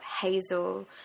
hazel